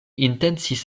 intencis